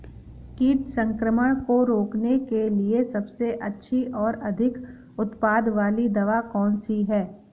कीट संक्रमण को रोकने के लिए सबसे अच्छी और अधिक उत्पाद वाली दवा कौन सी है?